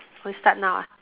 we start now ah